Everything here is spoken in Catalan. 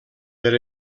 per